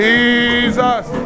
Jesus